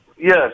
Yes